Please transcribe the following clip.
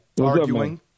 Arguing